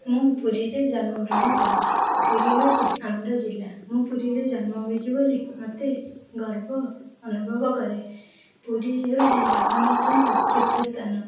ମୁଁ ପୁରୀରେ ଜନ୍ମଗ୍ରହଣ କରିଛି ପୁରୀ ହେଉଛି ଆମର ଜିଲ୍ଲା ମୁଁ ପୁରୀରେ ଜନ୍ମ ହୋଇଛି ବୋଲି ମୋତେ ଗର୍ବ ଅନୁଭବ କରେ ପୁରୀ ହେଉଛି ଜଗନ୍ନାଥଙ୍କ ତୀର୍ଥ ସ୍ଥାନ